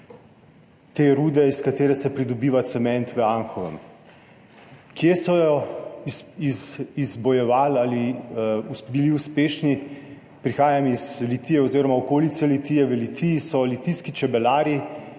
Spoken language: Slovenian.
rude, iz katere se pridobiva cement v Anhovem. Kje so jo izbojevali ali bili uspešni? Prihajam iz Litije oziroma okolice Litije. V Litiji so litijski čebelarji